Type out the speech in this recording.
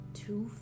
two